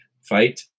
fight